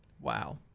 Wow